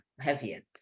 heavier